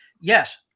yes